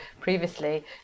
previously